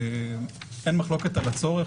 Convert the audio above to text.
אין מחלוקת על הצורך.